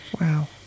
Wow